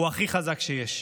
הוא הכי חזק שיש.